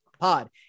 Pod